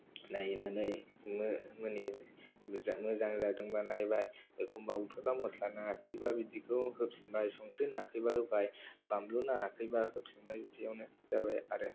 नायहैनानै मो मोनि जा मोजां जादोंबा नायबाय एखम्बा ओंख्रिफ्राव मसला नाङाखैबा बिदिखौ होफिनबाय संख्रि नाङाखैबा होबाय बानलु नाङाखैबा होफिनबाय बिदियावनो जाबाय आरो